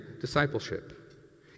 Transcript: discipleship